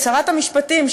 שרת המשפטים,